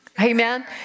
Amen